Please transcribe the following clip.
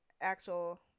actual